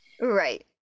right